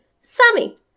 Sammy